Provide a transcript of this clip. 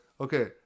Okay